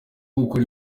gukora